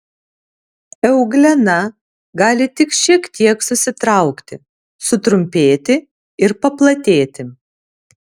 euglena gali tik šiek tiek susitraukti sutrumpėti ir paplatėti